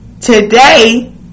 Today